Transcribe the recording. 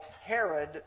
Herod